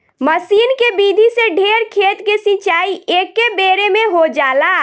मसीन के विधि से ढेर खेत के सिंचाई एकेबेरे में हो जाला